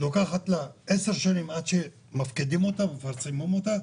לוקחת 10 שנים עד שמפקידים אותה ומפרסמים אותה,